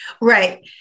right